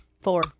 Four